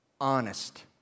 Honest